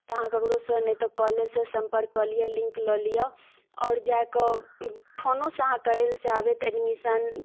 तऽ अहाँ केकरो सँ नहि तऽ कॉलेजसँ सम्पर्क कऽ लिअ लिंक लऽ लिअ आओर जाकऽ ऐ फोनो सँ अहाँ करै लऽ चाहबै तऽ एडमिशन